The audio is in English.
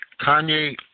Kanye